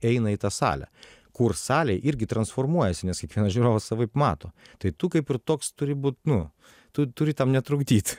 eina į tą salę kur salėj irgi transformuojasi nes kiekvienas žiūrovas savaip mato tai tu kaip ir toks turi būt nu tu turi tam netrukdyt